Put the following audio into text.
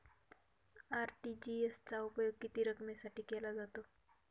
RTGS चा उपयोग किती रकमेसाठी केला जातो?